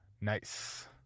Nice